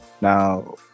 now